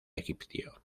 egipcio